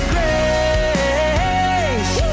Grace